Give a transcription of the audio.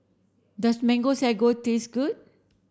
does mango sago taste good